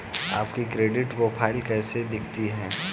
आपकी credit profile कैसी दिखती है?